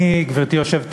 אני, גברתי היושבת-ראש,